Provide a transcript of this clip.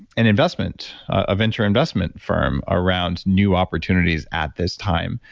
an investment, a venture investment firm around new opportunities at this time,